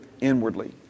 inwardly